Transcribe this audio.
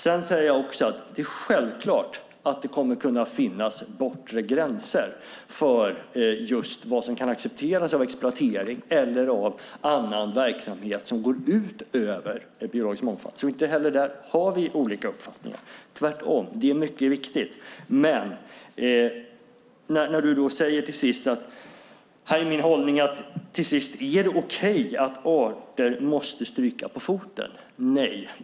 Sedan säger jag också att det är självklart att det kommer att kunna finnas bortre gränser just för vad som kan accepteras av exploatering eller av annan verksamhet som går ut över den biologiska mångfalden, så inte heller där har vi olika uppfattningar - tvärtom, för detta är mycket viktigt. Åsa Romson, du säger att det är min hållning att det till sist är okej att arter måste stryka på foten. Nej!